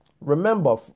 remember